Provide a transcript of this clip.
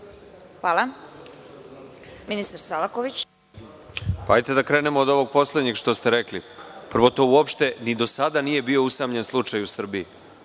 **Nikola Selaković** Hajde da krenemo od ovog poslednjeg što ste rekli. Prvo, to uopšte ni do sada nije bio usamljen slučaj u Srbiji.